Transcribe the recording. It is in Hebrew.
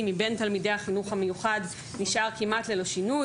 מבין תלמידי החינוך המיוחד נשאר כמעט ללא שינוי.